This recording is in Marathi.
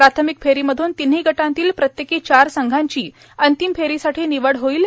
प्राथमिक फेरीमधून तिन्ही गटातील प्रत्येकी चार संघांची अंतिम फेरीसाठी निवड होईल